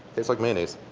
tastes like mayonnaise.